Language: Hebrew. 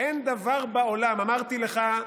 אין דבר בעולם, אמרתי לך,